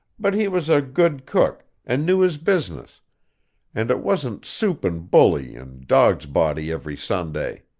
but he was a good cook, and knew his business and it wasn't soup-and-bully and dog's-body every sunday.